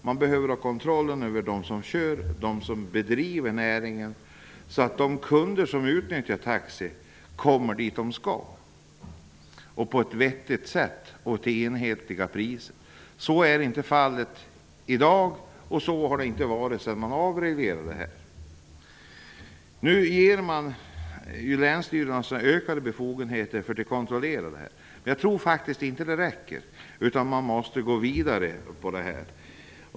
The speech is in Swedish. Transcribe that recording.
Man behöver ha kontroll över dem som kör och över dem som bedriver näringen, så att de kunder som utnyttjar taxi kommer dit de skall på ett vettigt sätt och till enhetliga priser. Så är det inte i dag, och så har det inte varit sedan näringen avreglerades. Nu ger man länsstyrelserna ökade befogenheter att kontrollera. Jag tror inte att det räcker, utan man måste gå vidare.